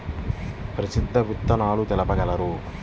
ప్రసిద్ధ విత్తనాలు తెలుపగలరు?